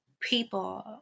people